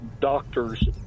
doctor's